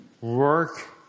Work